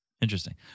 Interesting